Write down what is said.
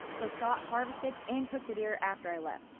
so scott harvested and cooked the deer after i left.